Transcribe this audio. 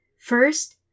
First